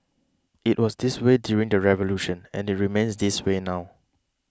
it was this way during the revolution and it remains this way now